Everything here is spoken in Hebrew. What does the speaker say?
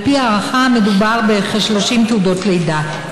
על פי הערכה מדובר בכ-30 תעודות לידה.